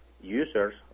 users